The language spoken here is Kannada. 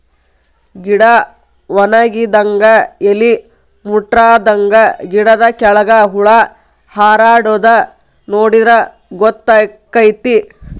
ಗಿಡಾ ವನಗಿದಂಗ ಎಲಿ ಮುಟ್ರಾದಂಗ ಗಿಡದ ಕೆಳ್ಗ ಹುಳಾ ಹಾರಾಡುದ ನೋಡಿರ ಗೊತ್ತಕೈತಿ